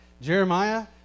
Jeremiah